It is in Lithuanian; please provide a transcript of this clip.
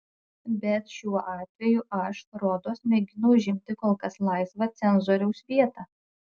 bet šiuo atveju aš rodos mėginu užimti kol kas laisvą cenzoriaus vietą